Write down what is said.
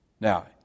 Now